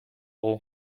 dut